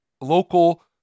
local